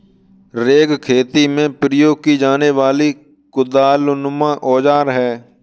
rake खेती में प्रयोग की जाने वाली कुदालनुमा औजार है